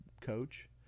Coach